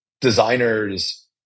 designers